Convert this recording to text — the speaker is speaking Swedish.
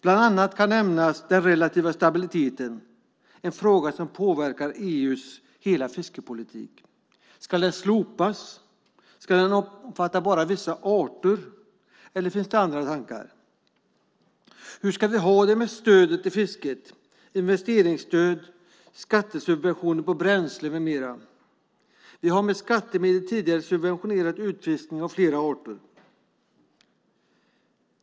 Bland annat kan den relativa stabiliteten nämnas - en fråga som påverkar EU:s hela fiskepolitik. Ska den relativa stabiliteten slopas? Ska den omfatta bara vissa arter, eller finns det andra tankar? Hur ska vi ha det med stödet till fisket - med investeringsstöd, skattesubventioner beträffande bränsle med mera? Tidigare har vi med skattemedel subventionerat utfiskning av flera arter.